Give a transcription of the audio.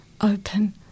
open